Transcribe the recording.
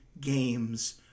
games